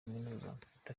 mfite